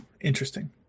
Interesting